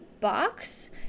box